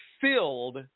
filled